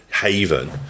haven